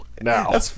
now